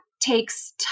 takes